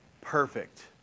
Perfect